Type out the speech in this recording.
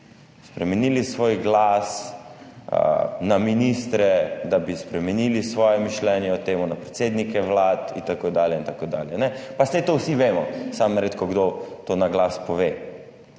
spremenili svoj glas, pri ministrih, da bi spremenili svoje mišljenje o tem, pri predsednikih vlad in tako dalje in tako dalje. Pa saj to vsi vemo, samo redkokdo to na glas pove.